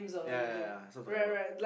ya ya ya that's what I'm talking about